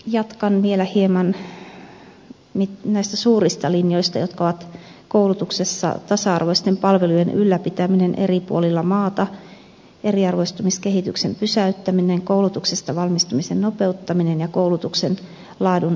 jatkan vielä hieman nyt näistä suurista linjoista jotka ovat koulutuksessa tasa arvoisten palvelujen ylläpitäminen eri puolilla maata eriarvoistumiskehityksen pysäyttäminen koulutuksesta valmistumisen nopeuttaminen ja koulutuksen laadun varmistaminen